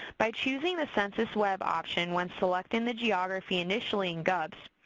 by choosing the census web option when selecting the geography initially in gups,